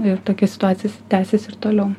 ir tokia situacija tęsias ir toliau